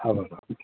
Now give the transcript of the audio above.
આભાર